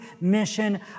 mission